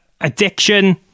Addiction